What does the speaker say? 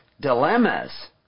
dilemmas